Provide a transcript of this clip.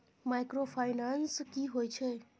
Microfinance की होय छै?